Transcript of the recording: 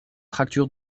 fracture